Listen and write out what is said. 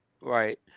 Right